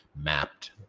mapped